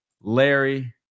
Larry